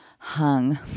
Hung